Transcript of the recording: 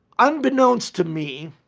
unbeknownst to me,